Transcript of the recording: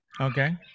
Okay